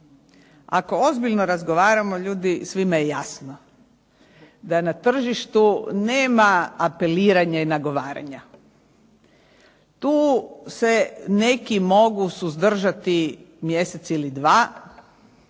Ako ozbiljno razgovaramo ljudi svima je jasno da na tržištu nema apeliranja i nagovaranja. Tu se neki mogu suzdržati mjesec ili dva,